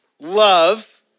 love